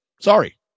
Sorry